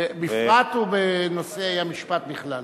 בפרט ובנושאי המשפט בכלל.